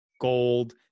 gold